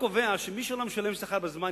החוק קובע שמי שלא משלם שכר בזמן,